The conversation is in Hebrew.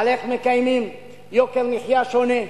על איך מקיימים יוקר מחיה שונה,